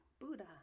Buddha